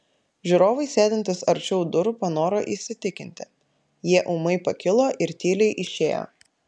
žiūrovai sėdintys arčiau durų panoro įsitikinti jie ūmai pakilo ir tyliai išėjo